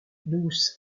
douce